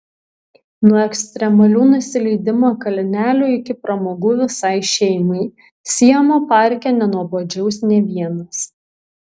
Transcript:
nuo ekstremalių nusileidimo kalnelių iki pramogų visai šeimai siamo parke nenuobodžiaus nė vienas